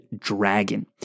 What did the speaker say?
dragon